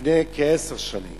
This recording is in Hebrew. לפני כעשר שנים